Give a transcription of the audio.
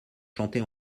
chantés